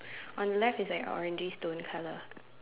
on the left is like orangey stone colour